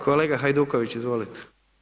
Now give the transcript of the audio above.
Kolega Hajduković, izvolite.